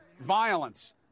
Violence